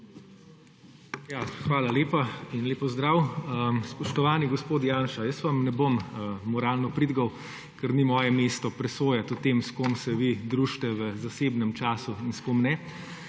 Hvala lepa. Lep pozdrav! Spoštovani gospod Janša! Jaz vam ne bom moralno pridigal, ker ni moje mesto presojati o tem, s kom se vi družite v zasebnem času in s kom ne.